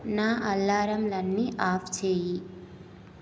నా అలారంలన్నీ ఆఫ్ చేయి